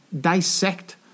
dissect